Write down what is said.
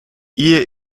ehe